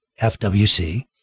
FWC